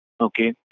Okay